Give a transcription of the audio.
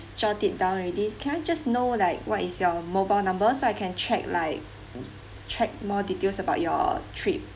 jot it down already can I just know like what is your mobile number so I can check like check more details about your trip